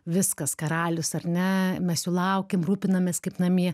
viskas karalius ar ne mes jų laukiam rūpinamės kaip namie